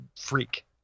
freak